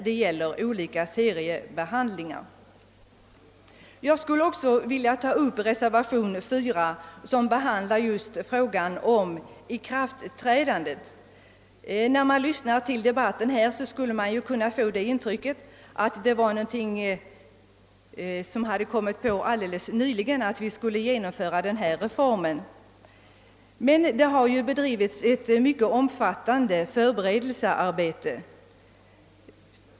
Jag vill säga detta bl.a. med anledning av utskottets skrivning beträffande olika seriebehandlingar. gens ikraftträdande. När man lyssnar till denna debatt kan man få intrycket, att tanken på att genomföra denna reform är någonting som kommit på alldeles nyligen. Men det har ju bedrivits ett mycket omfattande förberedelsearbete.